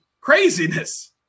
Craziness